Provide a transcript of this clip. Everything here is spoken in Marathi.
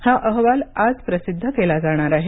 हा अहवाल आज प्रसिद्ध केला जाणार आहे